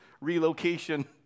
relocation